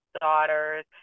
daughters